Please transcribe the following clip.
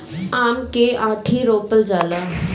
आम के आंठी रोपल जाला